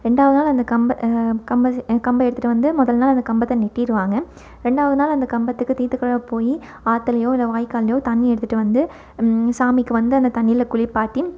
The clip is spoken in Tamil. ரெண்டாவது நாள் அந்த கம்பை கம்பை கம்பை எடுத்துகிட்டு வந்து முதல் நாள் அந்த கம்பத்தை நட்டிருவாங்க ரெண்டாவது நாள் அந்த கம்பத்துக்கு தீர்த்தத்துக்காவ போய் ஆற்றுலயோ இல்லை வாய்கால்லேயோ தண்ணிர் எடுத்துகிட்டு வந்து சாமிக்கு வந்து அந்த தண்ணியில் குளிப்பாட்டி